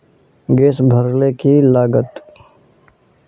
Gas भरले की लागत?